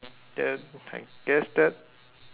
then I guess that